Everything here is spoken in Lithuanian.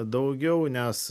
daugiau nes